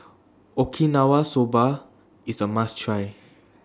Okinawa Soba IS A must Try